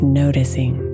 noticing